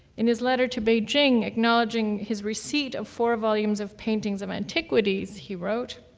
in his letter to beijing acknowledging his receipt of four volumes of paintings of antiquities, he wrote,